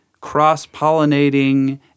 cross-pollinating